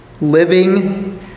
living